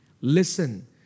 Listen